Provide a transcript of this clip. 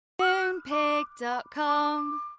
Moonpig.com